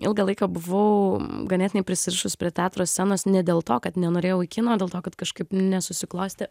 ilgą laiką buvau ganėtinai prisirišus prie teatro scenos ne dėl to kad nenorėjau į kiną o dėl to kad kažkaip nesusiklostė